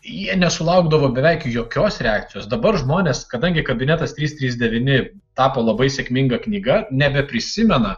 jie nesulaukdavo beveik jokios reakcijos dabar žmonės kadangi kabinetas trys trys devyni tapo labai sėkminga knyga nebeprisimena